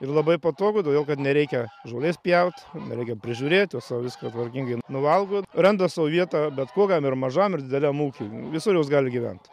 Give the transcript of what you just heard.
ir labai patogu todėl kad nereikia žolės pjaut nereikia prižiūrėt jos sau viską tvarkingai nuvalgo randa sau vietą bet kokiam ir mažam ir dideliam ūky visur jos gali gyvent